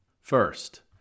First